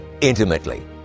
intimately